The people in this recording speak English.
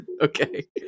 Okay